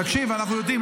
תקשיב, אנחנו יודעים.